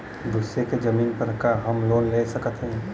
दूसरे के जमीन पर का हम लोन ले सकत हई?